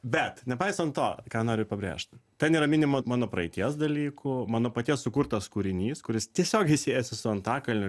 bet nepaisant to ką noriu pabrėžt ten yra minima mano praeities dalykų mano paties sukurtas kūrinys kuris tiesiogiai siejasi su antakalniu